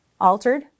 altered